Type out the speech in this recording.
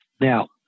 Now